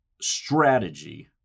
strategy